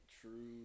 true